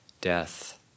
death